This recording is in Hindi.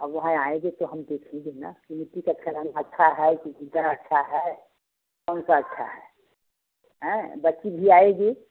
अब वहाँ आएगे तो हम देखेंगे ना कि मिट्टी का खिलौना अच्छा है कि गिद्दा अच्छा है कौनसा अच्छा है हैं बच्ची भी आएगी